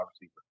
receiver